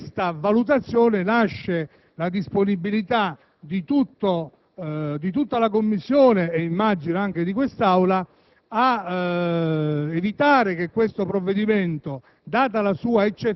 Anche da questa valutazione nasce la disponibilità di tutta la Commissione, come immagino di questa Aula, per evitare che questo provvedimento,